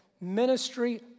ministry